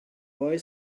boy